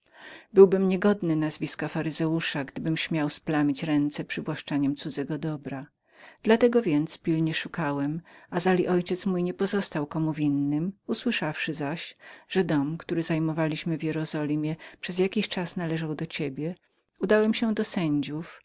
byłbym niegodnym nazwiska faryzeusza gdybym śmiał splamić ręce przywłaszczeniem cudzego dobra dla tego więc pilnie wyszukiwałem azali ojciec mój nie pozostał komu winnym usłyszawszy zaś że dom który zajmowaliśmy w jerozolimie przez jakiś czas należał do ciebie udałem się do